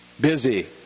Busy